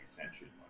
attention